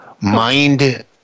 mind